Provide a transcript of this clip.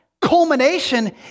culmination